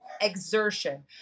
exertion